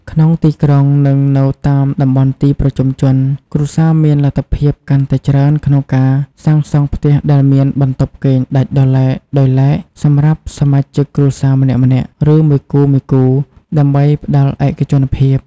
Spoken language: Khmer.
ក្នុងទីក្រុង និងនៅតាមតំបន់ទីប្រជុំជន គ្រួសារមានលទ្ធភាពកាន់តែច្រើនក្នុងការសាងសង់ផ្ទះដែលមាន បន្ទប់គេងដាច់ដោយឡែកៗ សម្រាប់សមាជិកគ្រួសារម្នាក់ៗ ឬមួយគូៗ ដើម្បីផ្តល់ឯកជនភាព។។